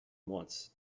once